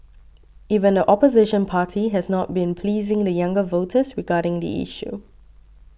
even the opposition party has not been pleasing the younger voters regarding the issue